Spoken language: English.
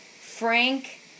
Frank